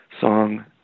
song